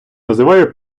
називає